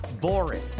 boring